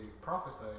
prophesied